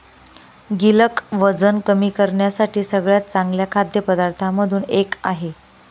गिलक वजन कमी करण्यासाठी सगळ्यात चांगल्या खाद्य पदार्थांमधून एक आहे